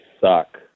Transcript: suck